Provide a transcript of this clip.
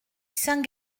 saint